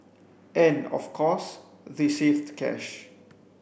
and of course they saved cash